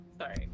Sorry